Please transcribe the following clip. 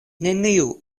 neniu